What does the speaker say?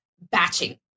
batching